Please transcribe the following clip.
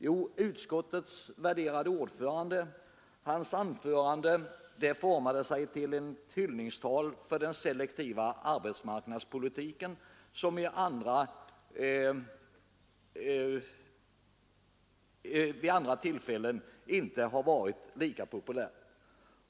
Jo, utskottets värderade ordförande höll ett anförande som formade sig till ett hyllningstal för den selektiva arbetsmarknadspolitiken som vid andra tillfällen inte har varit lika populär.